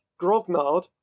grognard